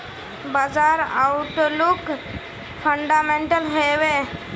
बाजार outlook fundamental हैवै?